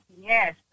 Yes